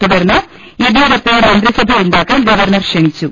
തുടർന്ന് യെദ്യൂരപ്പയെ മന്ത്രിസഭയുണ്ടാക്കാൻ ഗവർണർ ക്ഷണിച്ചു